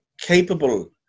capable